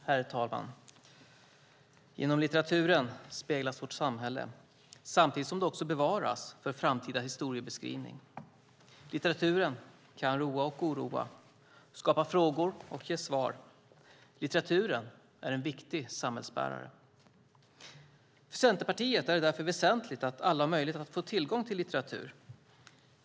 Herr talman! Genom litteraturen speglas vårt samhälle, samtidigt som det också bevaras för framtida historiebeskrivning. Litteraturen kan roa och oroa, skapa frågor och ge svar. Litteraturen är en viktig samhällsbärare. För Centerpartiet är det därför väsentligt att alla har möjlighet att få tillgång till litteratur.